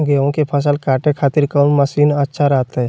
गेहूं के फसल काटे खातिर कौन मसीन अच्छा रहतय?